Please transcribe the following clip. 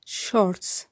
shorts